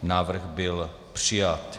Návrh byl přijat.